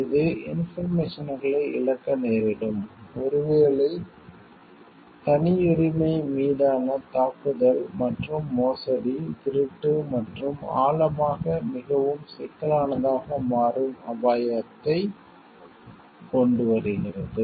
இது இன்போர்மேசன்களை இழக்க நேரிடும் ஒருவேளை தனியுரிமை மீதான தாக்குதல் மற்றும் மோசடி திருட்டு மற்றும் ஆழமாக மிகவும் சிக்கலானதாக மாறும் அபாயத்தைக் கொண்டுவருகிறது